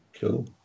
Cool